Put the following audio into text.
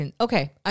Okay